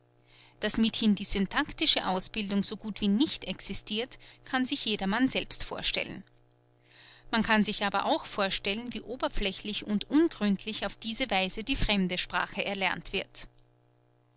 daß mithin die syntaktische ausbildung so gut wie nicht existirt kann sich jedermann selbst vorstellen man kann sich aber auch vorstellen wie oberflächlich und ungründlich auf diese weise die fremde sprache erlernt wird